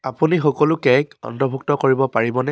আপুনি সকলো কে'ক অন্তৰ্ভুক্ত কৰিব পাৰিবনে